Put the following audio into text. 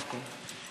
אוקיי.